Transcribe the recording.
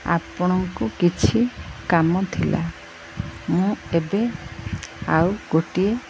ଆପଣଙ୍କୁ କିଛି କାମ ଥିଲା ମୁଁ ଏବେ ଆଉ ଗୋଟିଏ